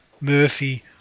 Murphy